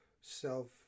self